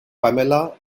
pamela